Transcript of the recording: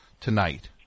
tonight